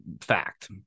Fact